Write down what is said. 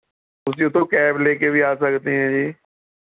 ਤੁਸੀਂ ਉੱਥੋਂ ਕੈਬ ਲੈ ਕੇ ਵੀ ਆ ਸਕਦੇ ਹੈ ਜੀ